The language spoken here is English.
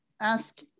ask